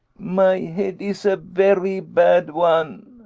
my head is a very bad one.